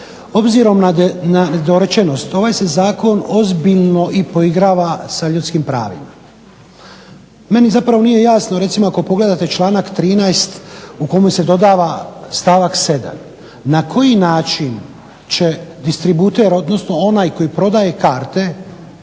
Obzirom na nedorečenost ovaj se zakon ozbiljno poigrava i sa ljudskim pravima. Meni zapravo nije jasno recimo ako pogledate članak 13. u kome se dodava stavak 7. na koji način će distributer, odnosno onaj koji prodaje karte